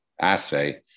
assay